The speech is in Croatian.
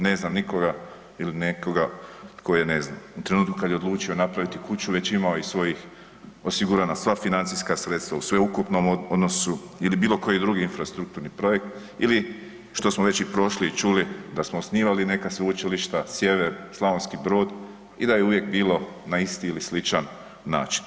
Ne znam nikoga ili nekoga koji je ne znam u trenutku kad je odlučio napraviti kuću već imao i svojih osigurana sva financijska sredstva u sveukupnom odnosu ili bilo koji drugi infrastrukturni projekt ili što smo već i prošli i čuli da smo osnivali neka sveučilišta Sjever, Slavonski Brod i da je uvijek bilo na isti ili sličan način.